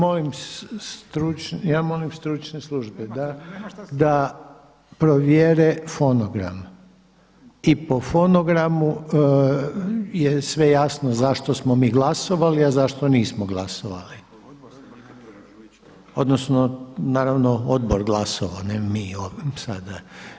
Dobro, ja molim stručne službe da provjere fonogram i po fonogramu je sve jasno zašto smo mi glasovali, a zašto nismo glasovali odnosno odbor glasovao ne mi sada.